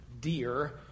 dear